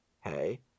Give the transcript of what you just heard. hey